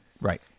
Right